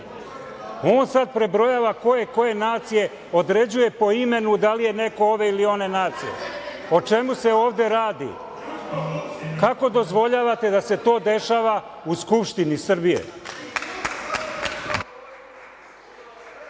On sada prebrojava ko je koje nacije, određuje po imenu da li je neko ove ili one nacije. O čemu se ovde radi? Kako dozvoljavate da se to dešava u Skupštini Srbije?